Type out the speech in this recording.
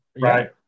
right